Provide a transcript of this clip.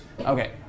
Okay